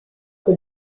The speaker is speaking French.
que